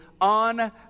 on